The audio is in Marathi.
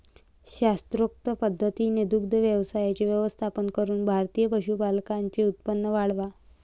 शास्त्रोक्त पद्धतीने दुग्ध व्यवसायाचे व्यवस्थापन करून भारतीय पशुपालकांचे उत्पन्न वाढवा